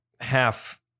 half